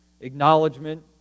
Acknowledgement